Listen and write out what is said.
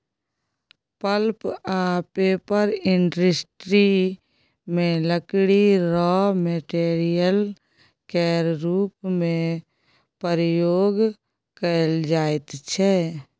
pulp आ paper industry मे लकड़ी राँ मेटेरियल केर रुप मे प्रयोग कएल जाइत छै